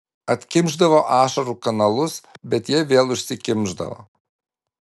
atkimšdavo ašarų kanalus bet jie vėl užsikimšdavo